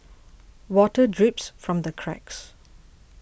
water drips from the cracks